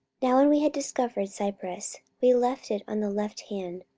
now when we had discovered cyprus, we left it on the left hand,